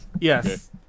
Yes